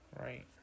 Right